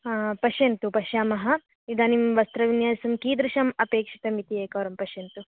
हा पश्यन्तु पश्यामः इदानीं वस्त्रविन्यासं कीदृशम् अपेक्षितमिति एकवारं पश्यन्तु